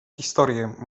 historię